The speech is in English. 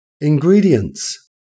Ingredients